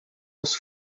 was